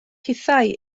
hithau